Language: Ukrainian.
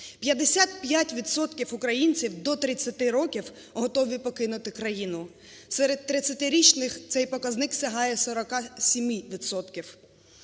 українців до 30 років готові покинути країну. Серед 30-річних цей показник сягає 47